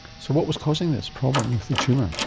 so what was causing this problem with the tumour?